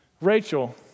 Rachel